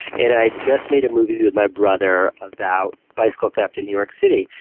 and i had just made a movie with my brother about bicycle theft in new york city.